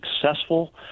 successful